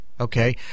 Okay